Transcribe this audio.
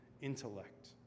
intellect